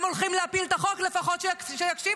הם הולכים להפיל את החוק, לפחות שיקשיבו.